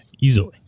Easily